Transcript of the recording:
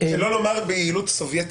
שלא לומר ביעילות סובייטית.